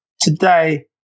Today